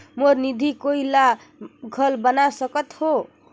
मोर निधि कोई ला घल बना सकत हो?